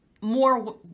more